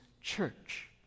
church